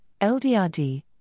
LDRD